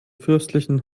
fürstlichen